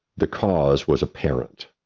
the cause was apparent.